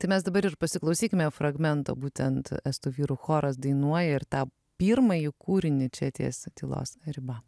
tai mes dabar ir pasiklausykime fragmento būtent estų vyrų choras dainuoja ir tą pirmąjį kūrinį čia ties tylos riba